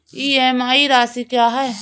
EMI राशि क्या है?